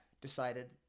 decided